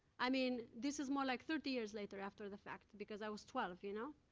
i mean, this is more like thirty years later, after the fact, because i was twelve, you know?